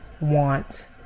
want